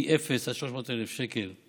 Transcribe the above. מ-0 עד 300,000 שקלים,